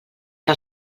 que